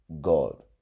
God